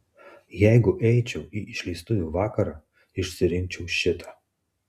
jeigu eičiau į išleistuvių vakarą išsirinkčiau šitą